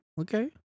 Okay